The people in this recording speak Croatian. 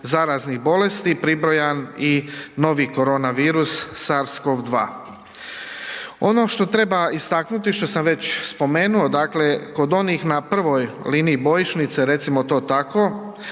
zaraznih bolesti pribrojan i novi koronavirus SARS-CoV-2. Ono što treba istaknuti, što sam već spomenuo, dakle kod onih na prvoj liniji bojišnice, recimo to tako,